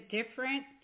different